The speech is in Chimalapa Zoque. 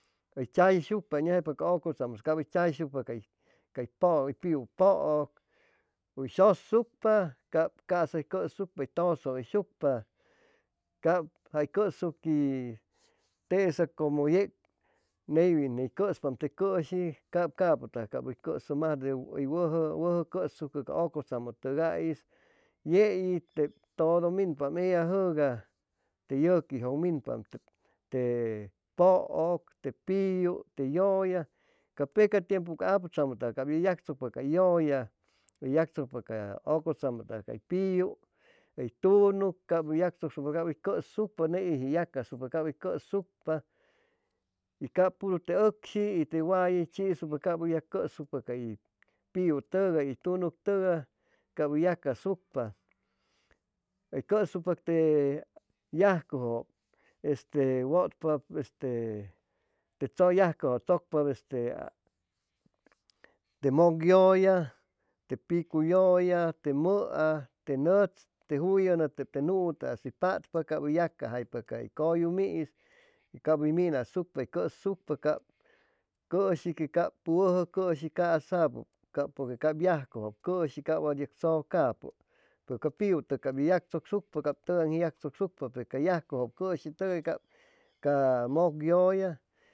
Hʉy tzayshucpa hʉy nʉmjaypa ca ʉcʉtzamʉ cap hʉy tzayshucpa cay pʉʉg hʉy piu pʉʉg hʉy shosucpa cap ca'sa hʉy cʉsucpa hʉy tʉsʉ hʉyshucpa cap jay cʉsuqui tesa como yeg neywin ney cʉspam te cʉshi cap capʉtʉgay hʉy cʉsʉ majde wʉjʉ wʉjʉ cʉsucʉ ca ʉcʉtzamʉtʉgais yei tep todo minpam ellajʉga te yʉquiqjʉgminpam te pʉʉg, te piu, te yʉlla ca peca tiempu ca aputzamʉtʉgais cap hʉy yagchʉcpa cay yʉlla hʉy yagchʉcpa ca ʉcʉtzamʉ tʉgay hʉy piu hʉy tunug cap hʉy yagchʉgsucpa cʉsucpa ney hʉyje hʉy yacasucpa y cap puru te ʉcshi y te waye chisucpa cap hʉy yagcʉsucpa cay piutʉgay hʉy tunug tʉgayap cap hʉy yacasucpa hʉy cʉsucpa te yajcʉjʉʉ wʉtpap este este chʉcpag este te mʉgyʉlla te picu yʉlla, te mʉa, te nʉtz, te juyʉnʉ tep te nuu tʉgais hʉy patpa cap hʉy yacajaypa cay cʉyumiisy cap hʉy minasucpa hʉy cʉsucpa cap cʉshi que cap wʉjʉ cʉshi casapʉ cap porque cap yajcʉjʉ cʉshiap cap wat yʉg tzʉcapʉ piu cap yagtzʉcsucpaap tʉgaŋji yagtzocsucpa pe ca yajcʉjʉ cʉshi tʉgay cap ca mʉcyʉlla